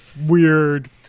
weird